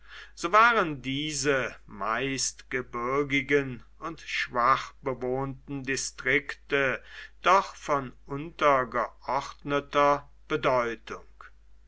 so waren diese meist gebirgigen und schwach bewohnten distrikte doch von untergeordneter bedeutung